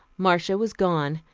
marcia was gone,